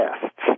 tests